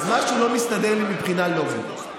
אז משהו לא מסתדר לי מבחינה לוגית.